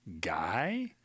guy